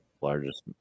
largest